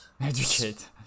Educate